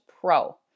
pro